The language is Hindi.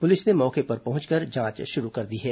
पुलिस ने मौके पर पहंचकर जांच शुरू कर दी है